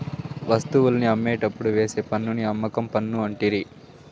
వస్తువుల్ని అమ్మేటప్పుడు వేసే పన్నుని అమ్మకం పన్ను అంటిరి